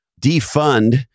defund